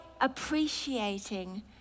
appreciating